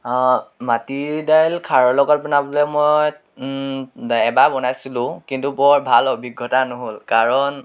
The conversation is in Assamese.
মাটিদাইল খাৰৰ লগত বনাবলৈ মই এবাৰ বনাইছিলোঁ কিন্তু বৰ ভাল অভিজ্ঞতা নহ'ল কাৰণ